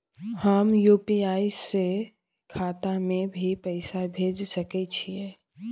हम यु.पी.आई से खाता में भी पैसा भेज सके छियै?